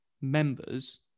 members